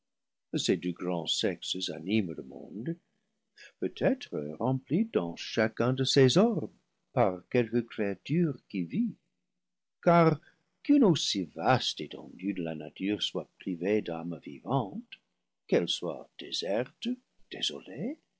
deux grands sexes animent le monde peut-être rempli dans chacun de ses orbes par quelque créature qui vit car qu'une aussi vaste étendue de la nature soit privée d'âmes vivantes qu'elle soit déserte désolée